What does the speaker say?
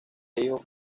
hijos